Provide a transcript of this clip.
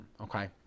okay